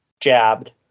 Jabbed